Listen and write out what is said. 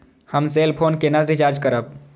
हम cell phone केना recharge करब?